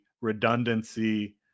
redundancy